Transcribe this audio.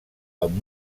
amb